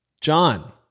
John